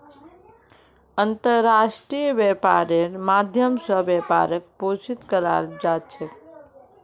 अन्तर्राष्ट्रीय व्यापारेर माध्यम स व्यापारक पोषित कराल जा छेक